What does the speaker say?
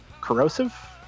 Corrosive